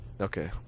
Okay